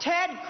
Ted